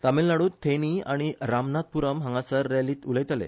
तामीळनाड्रत थेनी आनी रामनाथपुरम हांगासर रॅलींत उलयतले